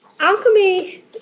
alchemy